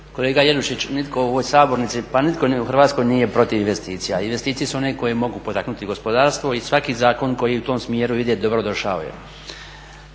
Kolega Jelušić, nitko u ovoj sabornici, pa nitko ni u Hrvatskoj nije protiv investicija. Investicije su one koje mogu potaknuti gospodarstvo i svaki zakon koji u tom smjeru ide dobro došao je.